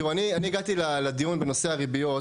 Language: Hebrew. תראו, אני הגעתי לדיון בנושא הריביות,